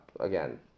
again